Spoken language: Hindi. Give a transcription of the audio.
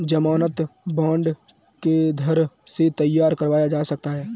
ज़मानत बॉन्ड किधर से तैयार करवाया जा सकता है?